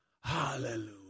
Hallelujah